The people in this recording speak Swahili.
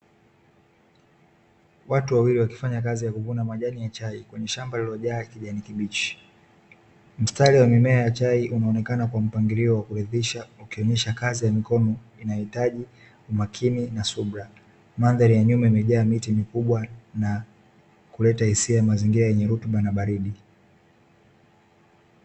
Watu wawili wakifanya kazi ya kuvuna majani ya chai kwenye shamba lililojaa kijani kibichi, mstari wa mimea ya chai unaonekana kwa mpangilio wa kuridhisha ukionyesha kazi ya mikono inayohitaji umakini na subira, mandhari ya nyuma imejaa miti mikubwa na kuleta hisia ya mazingira yenye rutuba na baridi.